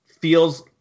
feels